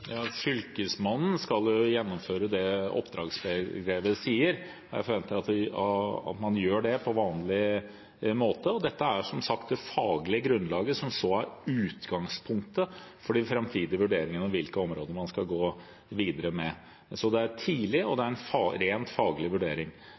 Fylkesmannen skal gjennomføre det oppdragsbrevet sier. Jeg forventer at man gjør det på vanlig måte. Dette er som sagt det faglige grunnlaget, som så er utgangspunktet for de framtidige vurderingene av hvilke områder man skal gå videre med. Det er tidlig, og det